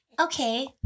Okay